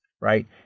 Right